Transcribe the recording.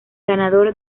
ganador